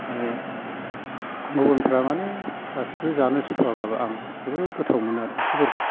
आरो गुबुनफ्रा माने गासिखौबो जानो सुखुआब्लाबो आं जोबोद गोथाव मोनो आरो ओंख्रिफोरखौ